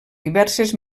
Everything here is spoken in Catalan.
diverses